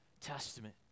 testament